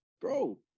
Bro